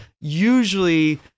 usually